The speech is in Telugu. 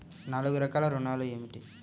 నాలుగు రకాల ఋణాలు ఏమిటీ?